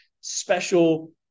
special